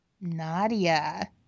Nadia